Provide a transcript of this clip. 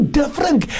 different